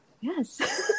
yes